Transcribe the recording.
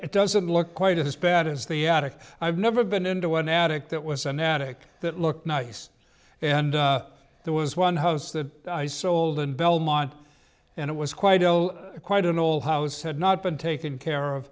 it doesn't look quite as bad as the attic i've never been into an attic that was an attic that looked nice and there was one house that i sold in belmont and it was quite quite an old house had not been taken care of